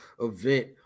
event